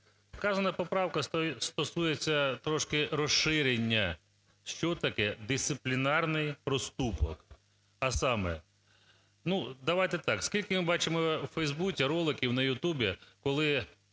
Вказана поправка стосується трошки розширення, що таке дисциплінарний проступок, а саме… Давайте так, скільки ми бачимо в Фейсбуці роликів наYouTube, коли